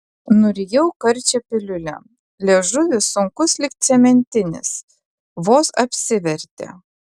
nurijau karčią piliulę liežuvis sunkus lyg cementinis vos apsivertė